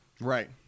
Right